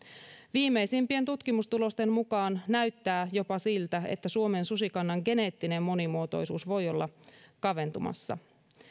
viimeisimpien tutkimustulosten mukaan näyttää jopa siltä että suomen susikannan geneettinen monimuotoisuus voi olla kaventumassa